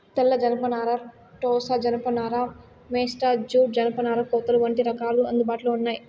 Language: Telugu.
తెల్ల జనపనార, టోసా జానప నార, మేస్టా జూట్, జనపనార కోతలు వంటి రకాలు అందుబాటులో ఉన్నాయి